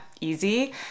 easy